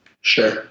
Sure